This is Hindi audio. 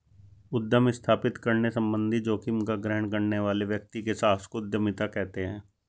उद्यम स्थापित करने संबंधित जोखिम का ग्रहण करने वाले व्यक्ति के साहस को उद्यमिता कहते हैं